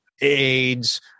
AIDS